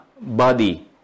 body